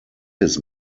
his